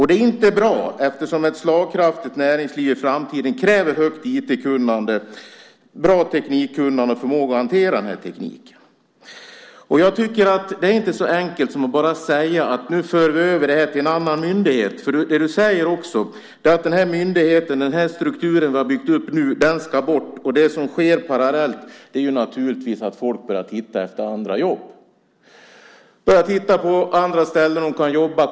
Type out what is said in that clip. Det är inte bra eftersom ett slagkraftigt näringsliv i framtiden kräver ett högt IT-kunnande, ett bra teknikkunnande och en förmåga att hantera den här tekniken. Det är inte så enkelt som att bara säga att vi nu för över verksamheten till en annan myndighet. Skolministern säger ju att den myndighet, den struktur, som vi byggt upp ska bort. Det som sker parallellt är naturligtvis att folk börjar titta efter andra jobb. Man börjar titta efter andra ställen där man kan jobba.